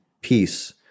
peace